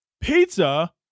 pizza